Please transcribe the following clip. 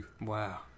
Wow